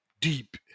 deep